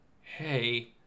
hey